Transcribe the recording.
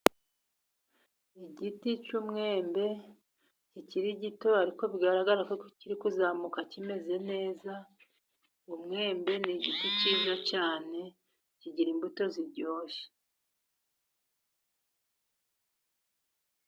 Igiti cy'umwembe kikiri gito ariko bigaragara ko kiri kuzamuka kimeze neza, umwembe ni igiti cyiza cyane kigira imbuto ziryoshye.